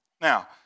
Now